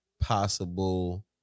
possible